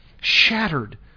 shattered